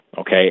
okay